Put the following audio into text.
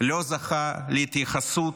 אף אחד מהאירועים הללו לא זכה להתייחסות,